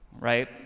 right